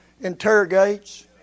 interrogates